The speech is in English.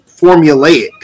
formulaic